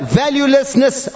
valuelessness